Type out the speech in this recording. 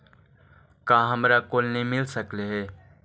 का हमरा कोलनी मिल सकले हे?